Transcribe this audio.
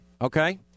Okay